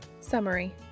Summary